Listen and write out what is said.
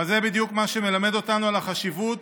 אבל זה בדיוק מה שמלמד אותנו על החשיבות